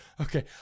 Okay